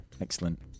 Excellent